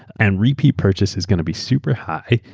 and repeat purchase is going to be super high.